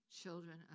Children